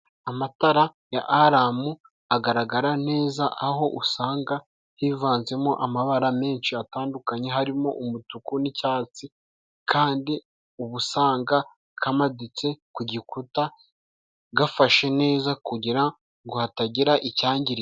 Amatara ya alamu agaragara neza aho usanga hivanzemo amabara menshi atandukanye, harimo umutuku n'icyatsi kandi uba usanga kamaditse ku gikuta, gafashe neza kugira ngo hatagira icyangirika.